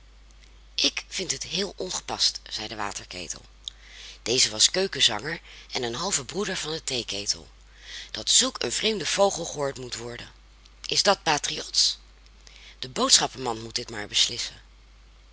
ik vind het heel ongepast zei de waterketel deze was keukenzanger en een halve broeder van den theeketel dat zulk een vreemde vogel gehoord moet worden is dat patriotsch de boodschappenmand moet dit maar beslissen